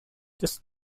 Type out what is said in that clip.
just